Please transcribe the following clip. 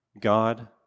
God